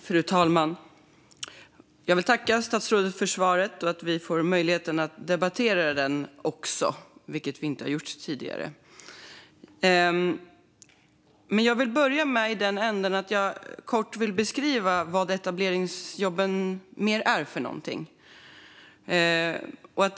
Fru talman! Jag vill tacka statsrådet för svaret och för att vi får möjlighet att debattera detta, vilket vi inte har gjort tidigare. Jag vill börja i den änden att jag kort ska beskriva vad etableringsjobben är för något.